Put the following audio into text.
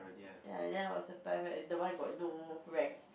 ya and then I was a private is the one with got no rank